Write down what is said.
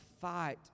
fight